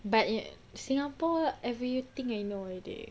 but in singapore everything I know already